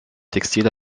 textile